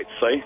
see